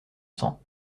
cent